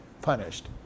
Punished